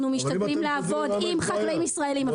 אנחנו משתדלים לעבוד עם חקלאים ישראלים.